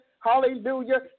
hallelujah